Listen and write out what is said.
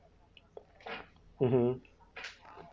mmhmm